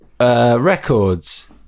Records